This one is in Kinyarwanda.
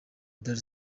dar